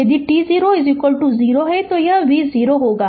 यदि t0 0 है तो यह v0 होगा